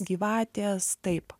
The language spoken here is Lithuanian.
gyvatės taip